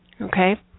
okay